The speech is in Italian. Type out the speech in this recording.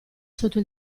sotto